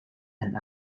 and